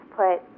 put